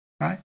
Right